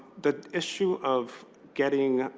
the issue of getting,